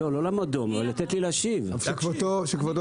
להצדיע?